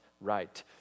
right